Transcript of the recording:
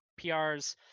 PRs